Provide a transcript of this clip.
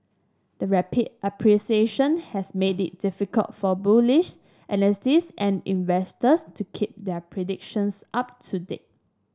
the rapid appreciation has made it difficult for bullish analysts and investors to keep their predictions up to date